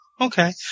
Okay